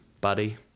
buddy